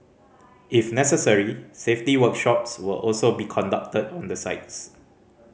if necessary safety workshops will also be conducted on the sites